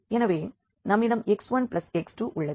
எனவே நம்மிடம் x1x2 உள்ளது